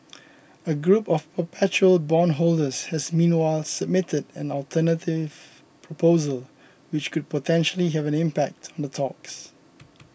a group of perpetual bondholders has meanwhile submitted an alternative proposal which could potentially have an impact on the talks